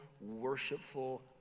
worshipful